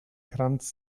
kranz